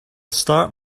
start